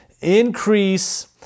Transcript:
increase